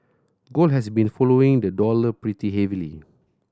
gold has been following the dollar pretty heavily